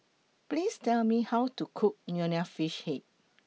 Please Tell Me How to Cook Nonya Fish Head